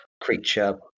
creature